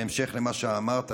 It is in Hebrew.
בהמשך למה שאמרת,